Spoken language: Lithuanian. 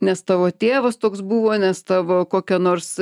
nes tavo tėvas toks buvo nes tavo kokio nors